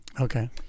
Okay